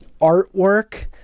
artwork